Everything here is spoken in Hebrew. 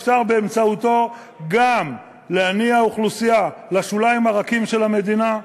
אפשר באמצעותו גם להניע אוכלוסייה לשוליים הרכים של המדינה,